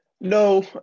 no